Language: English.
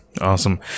awesome